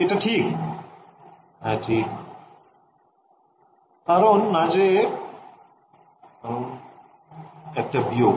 ছাত্রছাত্রীঃ কারণ একটা বিয়োগ